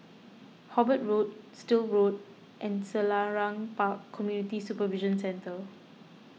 Hobart Road Still Road and Selarang Park Community Supervision Centre